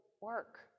work